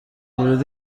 ورود